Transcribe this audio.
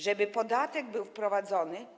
Żeby podatek był wprowadzony.